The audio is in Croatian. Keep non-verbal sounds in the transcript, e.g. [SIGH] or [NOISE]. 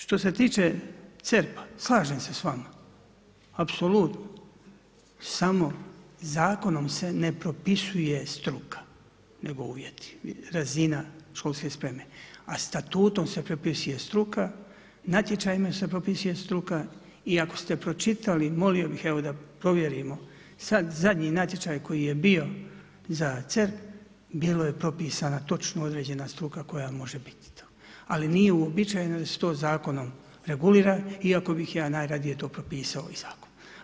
Što se tiče CERP-a slažem se s vama, apsolutno, samo, zakonom se ne propisuje struka, nego uvjeti, razina školske sperme, a statuom se propisuje struka, natječajima se propisuje struka i ako ste pročitali, molio bih evo da provjerimo, sad zadnji natječaj koji je bio za CERP, bila je propisana točno određena struka koja može … [UNINTELLIGIBLE] Ali, nije uobičajeno da se to zakonom regulira iako bih ja to najradije propisao zakonom.